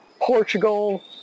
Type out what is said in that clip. Portugal